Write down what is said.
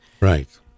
Right